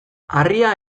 harria